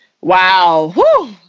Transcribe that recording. Wow